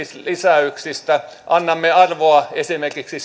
lisäyksistä annamme arvoa esimerkiksi